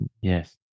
yes